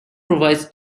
provides